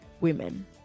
women